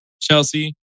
Chelsea